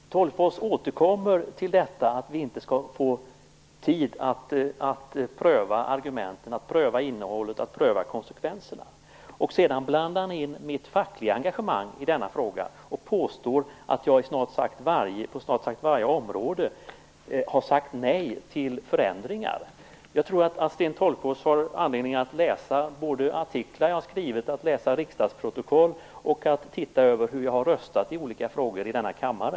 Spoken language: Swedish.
Herr talman! Tolgfors återkommer till detta att vi inte skall få tid att pröva argumenten, innehållet och konsekvenserna. Sedan blandar han in mitt fackliga engagemang i denna fråga och påstår att jag på snart sagt varje område har sagt nej till förändringar. Jag tror att Sten Tolgfors har anledning att läsa de artiklar jag har skrivit och riksdagsprotokollen och att se över hur jag har röstat i olika frågor i denna kammare.